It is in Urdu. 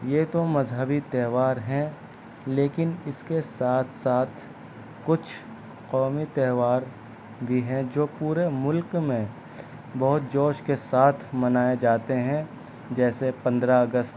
یہ تو مذہبی تہوار ہیں لیکن اس کے ساتھ ساتھ کچھ قومی تہوار بھی ہیں جو پورے ملک میں بہت جوش کے ساتھ منائے جاتے ہیں جیسے پندرہ اگست